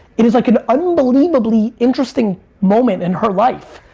it is like an unbelievably interesting moment in her life.